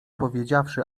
powiedziawszy